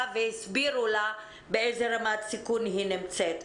והסבירו לה באיזו רמת סיכון היא נמצאת?